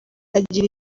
agira